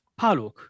Paluk